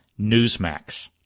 Newsmax